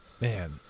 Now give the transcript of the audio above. Man